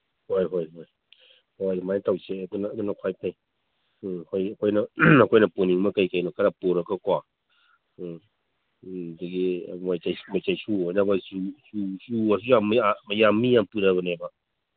ꯍꯣꯏ ꯍꯣꯏ ꯍꯣꯏ ꯍꯣꯏ ꯑꯗꯨꯃꯥꯏ ꯇꯧꯁꯤ ꯑꯗꯨꯅ ꯑꯗꯨꯅ ꯈ꯭ꯋꯥꯏ ꯐꯩ ꯎꯝ ꯍꯣꯏ ꯑꯩꯈꯣꯏꯅ ꯑꯩꯈꯣꯏꯅ ꯄꯨꯅꯤꯡꯕ ꯀꯩ ꯀꯩꯅꯣ ꯈꯔ ꯄꯨꯔꯒꯀꯣ ꯎꯝ ꯎꯝ ꯑꯗꯒꯤ ꯃꯣꯏ ꯆꯩꯁꯨ ꯑꯣꯏꯅꯕ ꯃꯤ ꯃꯌꯥꯝ ꯄꯨꯅꯕꯅꯦꯕ